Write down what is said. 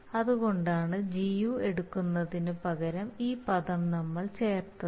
അതുകൊണ്ടാണ് Gu എടുക്കുന്നതിനു പകരം ഈ പദം നമ്മൾ ചേർത്തത്